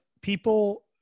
people